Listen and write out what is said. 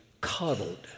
coddled